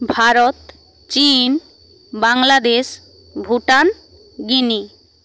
ভারত চিন বাংলাদেশ ভুটান গিনি